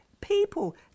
people